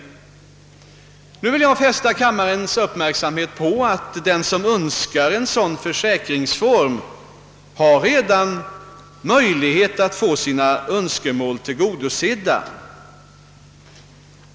Jag vill nu fästa kammarens uppmärksamhet på att den som önskar en sådan försäkringsform redan har möjlighet att få sina önskemål tillgodosedda.